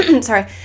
sorry